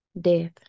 death